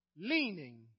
Leaning